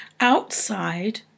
Outside